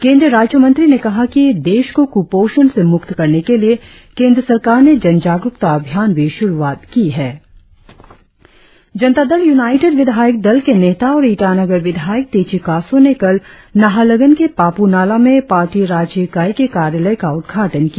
केंद्रीय राज्य मंत्री ने कहा कि देश को कुपोषण से मुक्त करने के लिए केंद्र सरकार ने जन जागरुकता अभियान की भी शुरुआत की है जनता दल यूनाइटेड विधायक दल के नेता और ईटानगर विधायक तेची कासो ने कल नाहरलगन के पापुनाला में पार्टी राज्य इकाई के कार्यालय का उद्घाटन किया